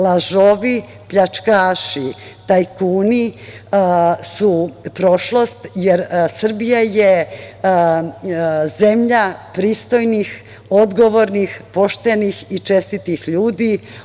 Lažovi, pljačkaši, tajkuni su prošlost jer Srbija je zemlja pristojnih, odgovornih, poštenih i čestitih ljudi.